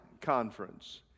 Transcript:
Conference